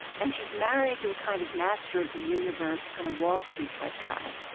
and she's married to a kind of master of the universe, kind of wall street-type guy,